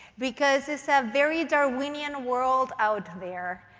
because it's a very darwinian world out there.